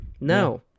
No